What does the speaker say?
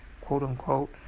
quote-unquote